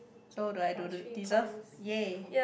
so do I do deserve ya